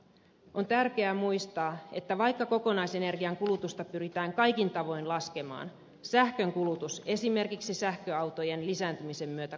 on tärkeää muistaa että vaikka kokonaisenergian kulutusta pyritään kaikin tavoin laskemaan sähkönkulutus esimerkiksi sähköautojen lisääntymisen myötä kasvaa